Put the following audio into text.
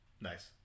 Nice